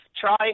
Try